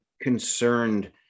concerned